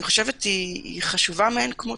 היא חשובה מאין כמותה.